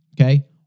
Okay